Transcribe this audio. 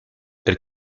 elle